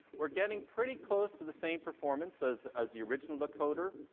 we're getting pretty close to the same performance as as the original decoder.